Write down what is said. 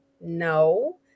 no